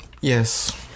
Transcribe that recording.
Yes